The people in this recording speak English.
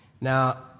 Now